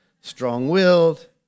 strong-willed